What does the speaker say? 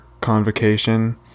convocation